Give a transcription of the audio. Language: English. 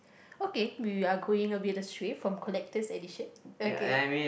okay we are going a bit astray from collector's edition okay